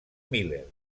miller